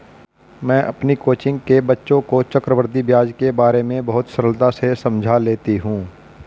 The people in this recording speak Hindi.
मैं अपनी कोचिंग के बच्चों को चक्रवृद्धि ब्याज के बारे में बहुत सरलता से समझा लेती हूं